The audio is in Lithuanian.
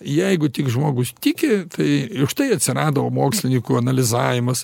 jeigu tik žmogus tiki tai štai atsirado mokslininkų analizavimas